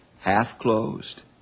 half-closed